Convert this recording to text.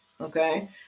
Okay